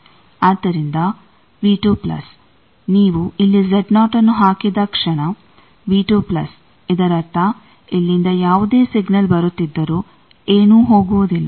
ಆದ್ದರಿಂದ ನೀವು ಇಲ್ಲಿ ನ್ನು ಹಾಕಿದ ಕ್ಷಣ ಇದರರ್ಥ ಇಲ್ಲಿಂದ ಯಾವುದೇ ಸಿಗ್ನಲ್ ಬರುತ್ತಿದ್ದರೂ ಏನೂ ಹೋಗುವುದಿಲ್ಲ